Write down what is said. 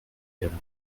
erde